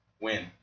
Win